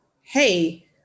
hey